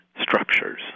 structures